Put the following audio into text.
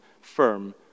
firm